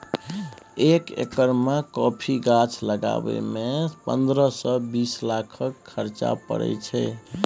एक एकर मे कॉफी गाछ लगाबय मे पंद्रह सँ बीस लाखक खरचा परय छै